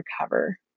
recover